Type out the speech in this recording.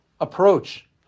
approach